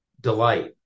delight